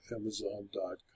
Amazon.com